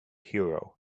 hero